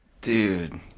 Dude